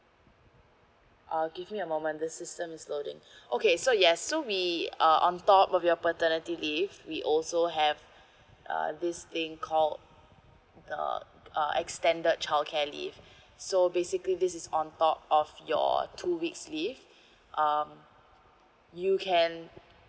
uh give me a moment the system is loading okay so yes so we uh on top of your paternity leave we also have uh this thing called uh uh extended childcare leave so basically this is on top of your two weeks leave um you can